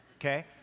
Okay